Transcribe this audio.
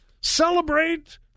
celebrate